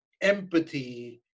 empathy